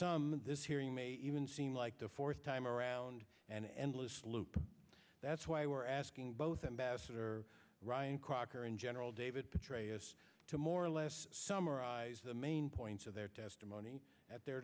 this hearing may even seem like the fourth time around an endless loop that's why we're asking both ambassador ryan crocker and general david petraeus to more or less summarize the main points of their testimony at their